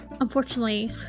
unfortunately